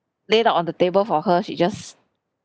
laid out on the table for her she just